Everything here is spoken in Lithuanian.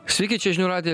sveiki čia žinių radijas